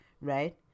right